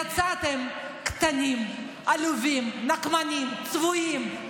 יצאתם קטנים, עלובים, נקמנים, צבועים.